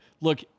Look